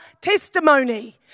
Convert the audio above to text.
testimony